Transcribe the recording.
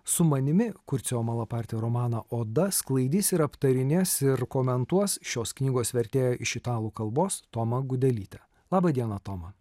su manimi kurcio malaparti romaną oda sklaidys ir aptarinės ir komentuos šios knygos vertėja iš italų kalbos toma gudelytė laba diena toma